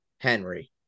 Henry